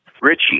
Richie